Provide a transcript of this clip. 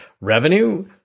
revenue